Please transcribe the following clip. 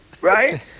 right